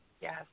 yes